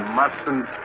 mustn't